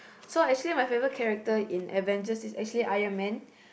so actually my favourite character in Avengers is actually Iron-man